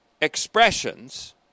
expressions